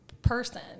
person